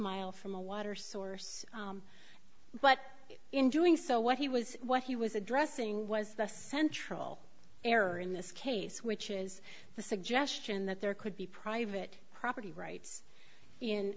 mile from a water source but in doing so what he was what he was addressing was the central error in this case which is the suggestion that there could be private property